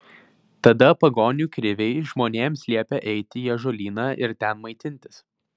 tada pagonių kriviai žmonėms liepė eiti į ąžuolyną ir ten maitintis